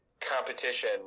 competition